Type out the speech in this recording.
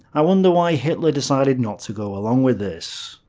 i wonder why hitler decided not to go along with this?